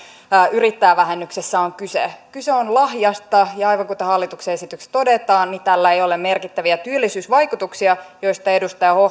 yrittäjävähennyksessä on kyse kyse on lahjasta ja aivan kuten hallituksen esityksessä todetaan niin tällä ei ole merkittäviä työllisyysvaikutuksia joista edustaja